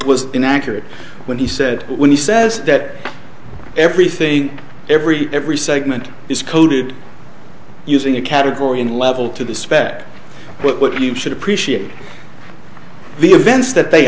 was inaccurate when he said when he says that everything every every segment is coded using a category in level to the spec what you should appreciate the events that they